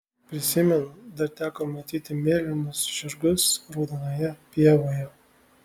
prisimenu dar teko matyti mėlynus žirgus raudonoje pievoje